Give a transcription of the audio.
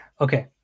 okay